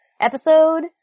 episode